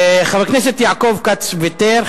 חבר הכנסת יעקב כץ, ויתר.